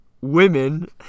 women